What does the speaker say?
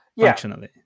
functionally